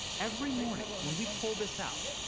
every morning when we pull this out,